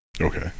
Okay